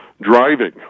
driving